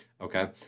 Okay